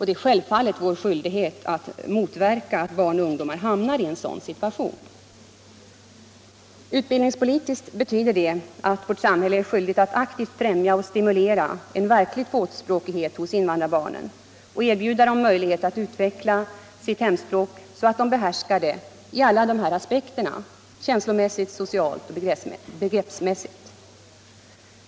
Det är självfallet vår skyldighet att motverka att barn och ungdomar hamnar i en sådan situation. Utbildningspolitiskt betyder det att vårt samhälle är skyldigt att aktivt främja och stimulera en verklig tvåspråkighet hos invandrarbarnen och erbjuda dem möjlighet att utveckla sitt hemspråk så att de behärskar det ur alla dessa aspekter — känslomässigt, socialt och begreppsmässigt.